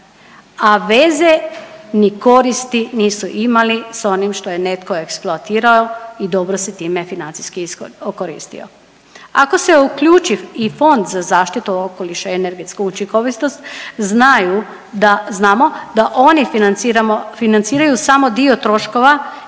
a veze ni koristi nisu imali sa onim što je netko eksploatirao i dobro se time financijski okoristio. Ako se uključi i Fond za zaštitu okoliša i energetsku učinkovitost znaju da znamo da oni financiraju samo dio troškova